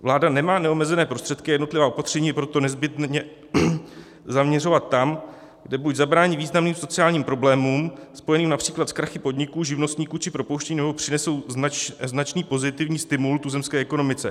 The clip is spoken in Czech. Vláda nemá neomezené prostředky, a jednotlivá opatření je proto nezbytné zaměřovat tam, kde buď zabrání významným sociálním problémům spojeným například s krachy podniků, živnostníků či propouštěním, nebo přinesou značný pozitivní stimul tuzemské ekonomice.